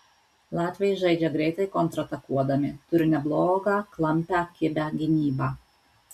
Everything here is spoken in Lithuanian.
latviai žaidžia greitai kontratakuodami turi neblogą klampią kibią gynybą